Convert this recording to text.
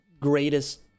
greatest